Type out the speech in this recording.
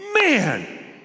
man